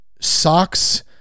socks